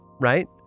right